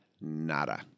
nada